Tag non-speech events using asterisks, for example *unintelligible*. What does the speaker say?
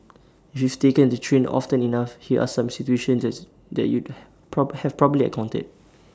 youth taken the train often enough here are some situations that that you *unintelligible* have probably encountered